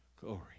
glory